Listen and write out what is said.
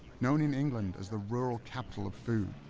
known in england as the rural capital of food.